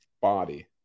body